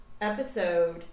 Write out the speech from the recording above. episode